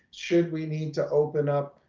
should we need to open up,